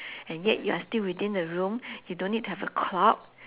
and yet you are still within the room you don't need to have a clock